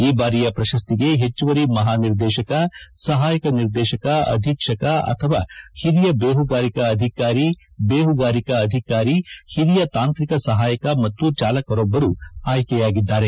ಈ ಬಾರಿಯ ಪ್ರಶಸ್ತಿಗೆ ಹೆಚ್ಚುವರಿ ಮಹಾನಿರ್ದೇಶಕ ಸಹಾಯಕ ನಿರ್ದೇಶಕ ಅಧೀಕ್ಷಕ ಅಥವಾ ಹಿರಿಯ ಬೇಹುಗಾರಿಕಾ ಅಧಿಕಾರಿ ಬೇಹುಗಾರಿಕಾ ಅಧಿಕಾರಿ ಹಿರಿಯ ತಾಂತ್ರಿಕ ಸಹಾಯಕ ಮತ್ತು ಚಾಲಕರೊಬ್ಬರು ಆಯ್ಕೆಯಾಗಿದ್ದಾರೆ